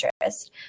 interest